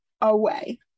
away